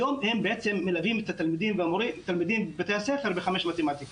היום הם בעצם מלווים את התלמידים בבתי הספר בחמש יחידות מתמטיקה.